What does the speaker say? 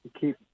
keep